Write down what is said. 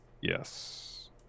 Yes